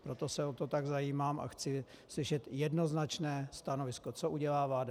Proto se o to tak zajímám a chci slyšet i jednoznačné stanovisko, co udělá vláda.